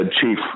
chief